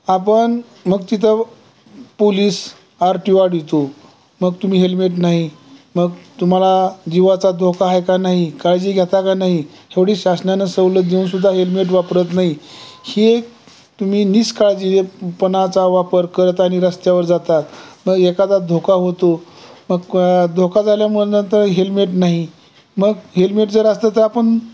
आपण मग तिथं पोलीस आर टी ओ आडवितो मग तुम्ही हेल्मेट नाही मग तुम्हाला जीवाचा धोका आहे का नाही काळजी घेता का नाही एवढी शासनाने सवलत देऊनसुद्धा हेल्मेट वापरत नाही ही एक तुम्ही निष्काळजीपणाचा वापर करत आणि रस्त्यावर जातात मग एखादा धोका होतो मग धोका झाल्यामुळे नंतर हेल्मेट नाही मग हेल्मेट जर असतं तर आपण